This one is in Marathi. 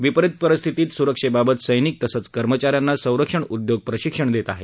विपरित परिस्थितीत सुरक्षेबाबत सैनिक तसंच कर्मचाऱ्यांना संरक्षण उद्योग प्रशिक्षण देत आहे